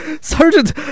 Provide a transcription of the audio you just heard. Sergeant